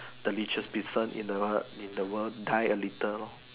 the richest person in the in the world die a little lor